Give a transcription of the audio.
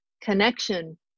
connection